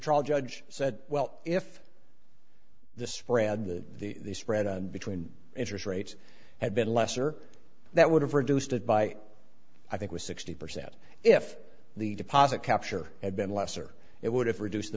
trial judge said well if the spread that the spread between interest rates had been lesser that would have reduced it by i think was sixty percent if the deposit capture had been less or it would have reduced the